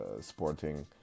Sporting